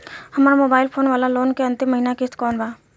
हमार mobile phone वाला loan के अंतिम महिना किश्त कौन बा?